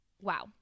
Wow